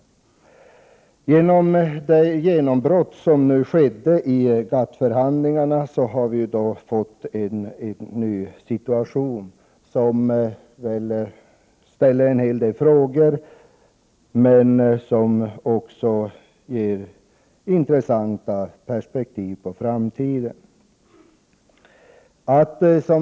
På grund av det genombrott som skett i GATT-förhandlingarna har vi fått en ny situation, som reser en hel del frågor men som också ger intressanta perspektiv för framtiden.